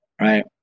Right